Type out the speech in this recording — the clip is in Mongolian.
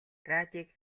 радийг